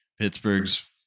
Pittsburgh's